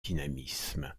dynamisme